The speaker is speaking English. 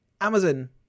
Amazon